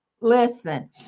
Listen